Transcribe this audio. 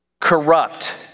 corrupt